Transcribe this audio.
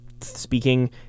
speaking